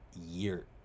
year